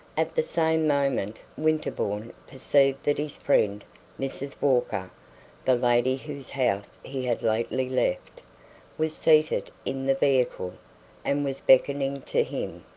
at the same moment winterbourne perceived that his friend mrs. walker the lady whose house he had lately left was seated in the vehicle and was beckoning to him.